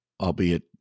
albeit